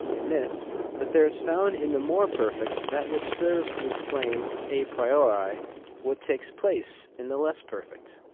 in this, that there is found in the more perfect that which serves to explain a priori what takes place in the less perfect,